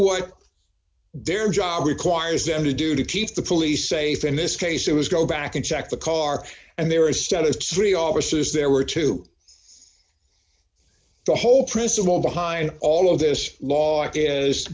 what their job requires them to do to keep the police safe in this case it was go back and check the car and they were status three officers there were two the whole principle behind all of this law is